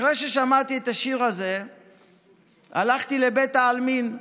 אחרי ששמעתי את השיר הזה הלכתי לבית העלמין,